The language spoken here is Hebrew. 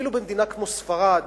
ואפילו במדינה כמו ספרד,